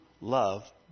love